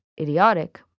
idiotic